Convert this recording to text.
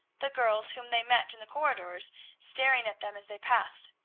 the girls whom they met in the corridors staring at them as they passed.